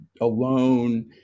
alone